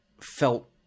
felt